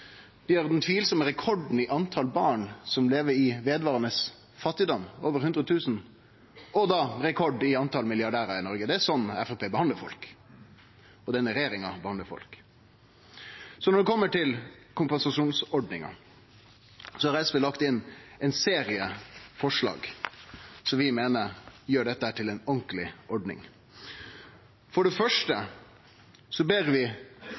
Dei har den tvilsame rekorden i talet på barn som lever i vedvarande fattigdom – over 100 000 – og rekorden i talet på milliardærar i Noreg. Det er slik Framstegspartiet og denne regjeringa behandlar folk. Når det gjeld kompensasjonsordninga, har SV lagt inn ein serie forslag som vi meiner gjer dette til ei ordentleg ordning. For det første inviterer vi